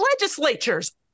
Legislatures